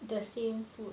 the same food